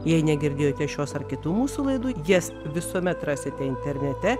jei negirdėjote šios ar kitų mūsų laidų jas visuomet rasite internete